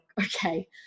okay